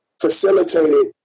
facilitated